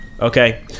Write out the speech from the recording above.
Okay